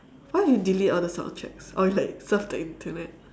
what if you delete all the sound tracks or you like surf the internet